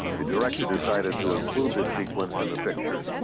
the director decided to include this sequence in the picture.